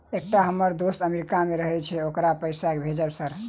एकटा हम्मर दोस्त अमेरिका मे रहैय छै ओकरा पैसा भेजब सर?